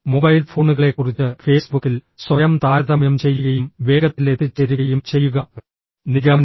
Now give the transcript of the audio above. mobile ഫോണുകളെക്കുറിച്ച് ഫേസ്ബുക്കിൽ സ്വയം താരതമ്യം ചെയ്യുകയും വേഗത്തിൽ എത്തിച്ചേരുകയും ചെയ്യുക നിഗമനം